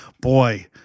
boy